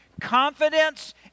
Confidence